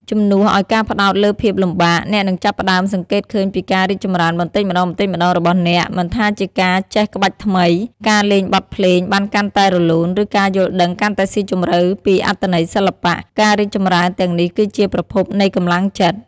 ជំនួសឱ្យការផ្តោតលើភាពលំបាក អ្នកនឹងចាប់ផ្តើមសង្កេតឃើញពីការរីកចម្រើនបន្តិចម្តងៗរបស់អ្នក មិនថាជាការចេះក្បាច់ថ្មី ការលេងបទភ្លេងបានកាន់តែរលូន ឬការយល់ដឹងកាន់តែស៊ីជម្រៅពីអត្ថន័យសិល្បៈ ការរីកចម្រើនទាំងនេះគឺជាប្រភពនៃកម្លាំងចិត្ត។